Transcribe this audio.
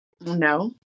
No